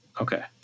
Okay